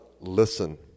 listen